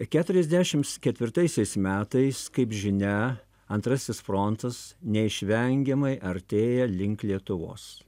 keturiasdešims ketvirtaisiais metais kaip žinia antrasis frontas neišvengiamai artėja link lietuvos